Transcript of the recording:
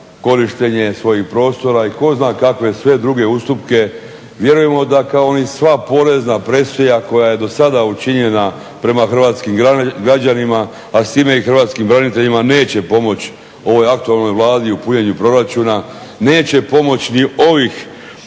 korištenje svojih prostora i tko zna kakve sve druge ustupke. Vjerujemo da kao ni sva porezna presija koja je do sada učinjena prema hrvatskim građanima, a s time i hrvatskim braniteljima neće pomoći ovoj aktualnoj Vladi u punjenju proračuna, neće pomoći ni ovo